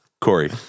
Corey